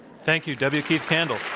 thank you. w. keith campbell.